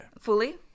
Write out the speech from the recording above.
fully